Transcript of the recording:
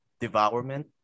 Devourment